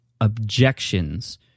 objections